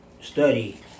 study